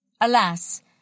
Alas